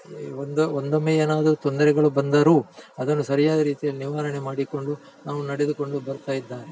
ಈ ಒಂದು ಒಂದೊಮ್ಮೆ ಏನಾದರೂ ತೊಂದರೆಗಳು ಬಂದರೂ ಅದನ್ನು ಸರಿಯಾದ ರೀತಿಯಲ್ಲಿ ನಿವಾರಣೆ ಮಾಡಿಕೊಂಡು ನಾವು ನಡೆದುಕೊಂಡು ಬರ್ತಾ ಇದ್ದಾರೆ